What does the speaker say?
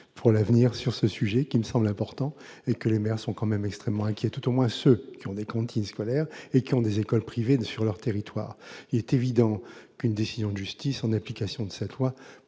pour l'avenir sur ce sujet, qui me semble important. Les maires sont extrêmement inquiets, tout du moins ceux qui ont des cantines scolaires et des écoles privées sur leur territoire. Il est évident qu'une décision de justice, en application de cette loi,